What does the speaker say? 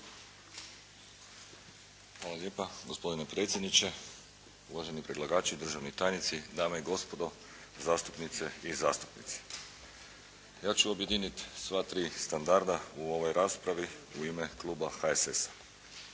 Hvala lijepa. Gospodine predsjedniče, uvaženi predlagači, državni tajnici, dame i gospodo, zastupnice i zastupnici. Ja ću objediniti sva tri standarda u ovoj raspravi u ime Kluba HSS-a.